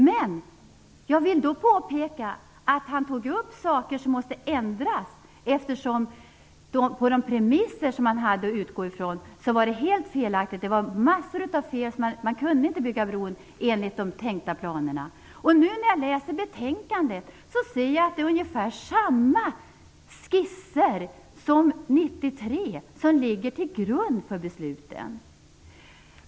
Men jag vill då påpeka att han visade på saker som måste ändras, eftersom de premisser man haft att utgå från var helt felaktiga. Det var massor av fel, och han sade att man inte kunde bygga bron enligt de tänkta planerna. När jag nu läser betänkandet ser jag att det är ungefär samma skisser som man hade 1993 som ligger till grund för beslutet.